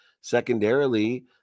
secondarily